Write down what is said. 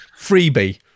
freebie